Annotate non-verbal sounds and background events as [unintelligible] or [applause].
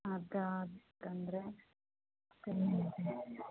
ಅದಾದ ಅಂದರೆ [unintelligible]